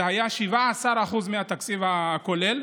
זה היה 17% מהתקציב הכולל,